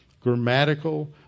grammatical